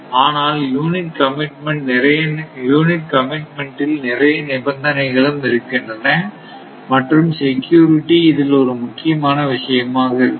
ஆனால் unit commitment நிறைய நிபந்தனைகளும் இருக்கின்றன மற்றும் செக்யூரிட்டி இதில் ஒரு முக்கியமான விஷயமாக இருக்கும்